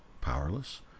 powerless